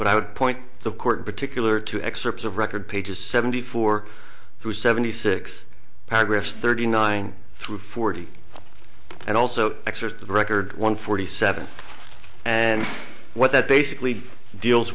but i would point the court particular to excerpts of record pages seventy four through seventy six paragraphs thirty nine through forty and also excerpts of record one forty seven and what that basically deals